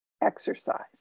exercise